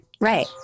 Right